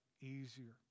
easier